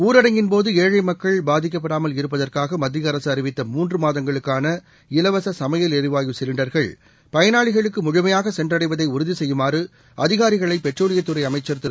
ஊரடங்கின் போதுஏழைமக்கள் பாதிக்கப்படாமல் இருப்பதற்காகமத்தியஅரசுஅறிவித்த இலவசசமையல் எரிவாயு சிலிண்டர்கள் பயனாளிகளுக்குமுழுமையாகசென்றடைவதைஉறுதிசெய்யுமாறுஅதிகாரிகளை பெட்ரோலியத்துறைஅமைச்சர் திரு